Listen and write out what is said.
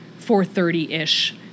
430-ish